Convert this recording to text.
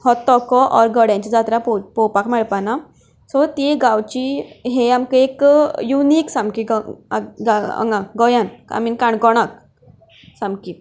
हो टोंको वा गड्यांची जात्रा पळोवपाक पळोवपाक मेळपाना सो ती गांवची हें आमकां एक युनीक सामकी हांगा गोंयांत आय मीन काणकोणांत सामकी